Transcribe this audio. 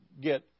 get